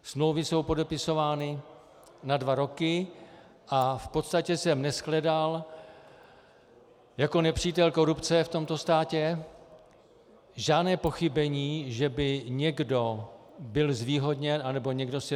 Smlouvy jsou podepisovány na dva roky a v podstatě jsem neshledal jako nepřítel korupce v tomto státě žádné pochybení, že by někdo byl zvýhodněn nebo si někdo namastil kapsu.